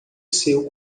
seu